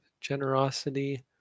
generosity